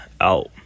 out